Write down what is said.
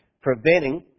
preventing